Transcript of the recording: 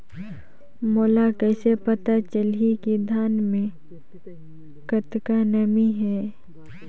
मोला कइसे पता चलही की धान मे कतका नमी हे?